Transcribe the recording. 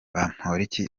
bamporiki